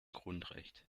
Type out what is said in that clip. grundrecht